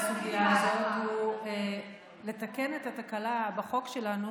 לסוגיה הזאת הוא לתקן את התקלה בחוק שלנו